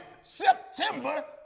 September